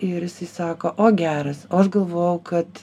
ir jisai sako o geras o aš galvojau kad